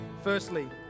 Firstly